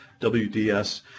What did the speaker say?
WDS